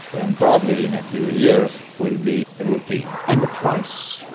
and probably in a few years will be routine. and the price?